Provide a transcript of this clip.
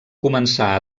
començà